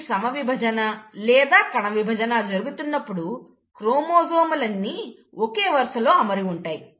ఈ సమవిభజన లేదా కణవిభజన జరుగుతున్నప్పుడు క్రోమోజోములన్ని ఒకే వరుసలో అమరి ఉంటాయి